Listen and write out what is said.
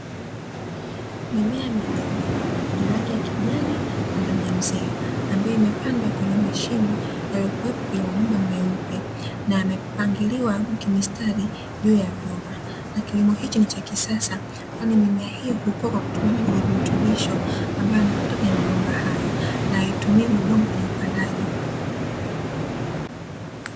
Mimea midogo yenye rangi ya kijani na damu ya mzee ambayo imepandwa kwenye mashimo yaliyokuwepo kwenye mabomba meupe na yamepangiliwa kimistari juu ya vyuma. Na kilimo hichi ni cha kisasa kwani mimea hiyo hukua kwa kutumia maji yenye virutubisho, ambayo yanapita kwenye mabomba hayo na haitumii udongo kwenye upandaji.